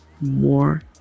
more